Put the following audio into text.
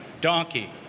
donkey